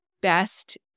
best